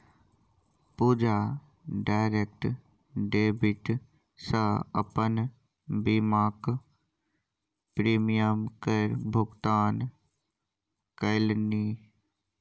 पूजा direct debit सँ अपन बीमाक प्रीमियम केर भुगतान केलनि